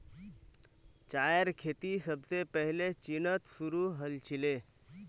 चायेर खेती सबसे पहले चीनत शुरू हल छीले